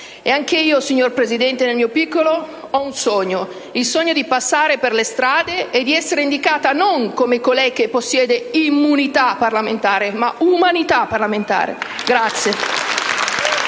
Anch'io, signor Presidente, nel mio piccolo ho un sogno: il sogno di passare per le strade e di essere indicata non come colei che possiede immunità parlamentare, ma umanità parlamentare.